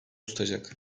tutacak